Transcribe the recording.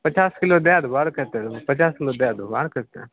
पचास किलो दै देबऽ आओर कतेक पचास किलो दै देबऽ आओर कतेक